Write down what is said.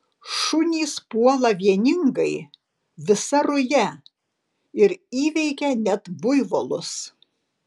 šunys puola vieningai visa ruja ir įveikia net buivolus